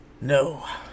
No